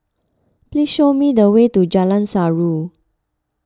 please show me the way to Jalan Surau